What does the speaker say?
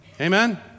Amen